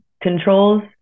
controls